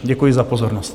Děkuji za pozornost.